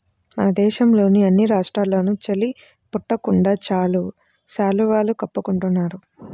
మన దేశంలోని అన్ని రాష్ట్రాల్లోనూ చలి పుట్టకుండా శాలువాని కప్పుకుంటున్నారు